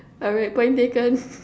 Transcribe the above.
alright point taken